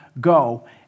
go